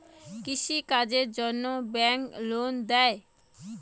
কৃষি কাজের জন্যে ব্যাংক লোন দেয়?